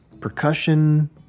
percussion